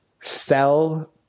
sell